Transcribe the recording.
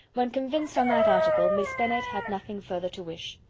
when convinced on that article, miss bennet had nothing further to wish.